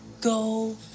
Go